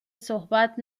صحبت